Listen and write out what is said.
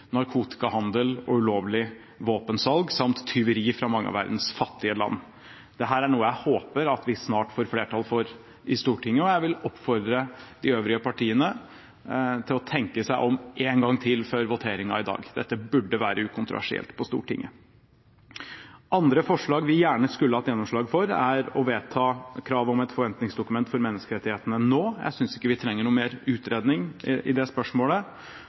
narkotikahandel og ulovlig våpensalg samt tyveri fra mange av verdens fattige land. Dette er noe jeg håper vi snart får flertall for i Stortinget, og jeg vil oppfordre de øvrige partiene til å tenke seg om én gang til før voteringen i dag. Dette burde være ukontroversielt på Stortinget. Andre forslag vi gjerne skulle hatt gjennomslag for, er å vedta krav om et forventningsdokument for menneskerettighetene nå. Jeg synes ikke vi trenger noe mer utredning i det spørsmålet.